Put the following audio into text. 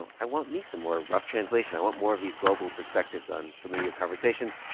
um i want me some more rough translation. i want more of these global perspectives on familiar conversations.